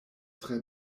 tre